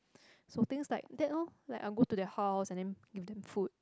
so things like that oh like I'll go to their house and then give them food